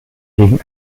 gegen